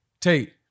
Tate